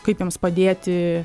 kaip jiems padėti